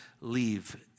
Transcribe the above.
leave